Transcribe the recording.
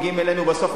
מגיעים אלינו בסוף,